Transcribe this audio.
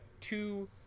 two